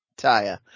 Taya